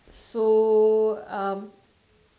so um